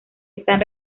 están